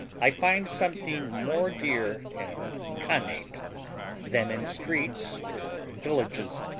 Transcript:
i find something more dear and connate than in streets or villages.